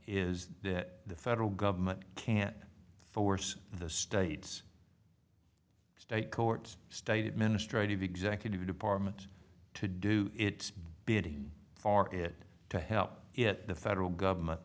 is that the federal government can't force the states state courts state it ministre to executive department to do its bidding for it to help it the federal government